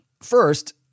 First